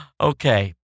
Okay